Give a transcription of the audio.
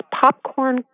popcorn